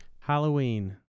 Halloween